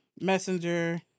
messenger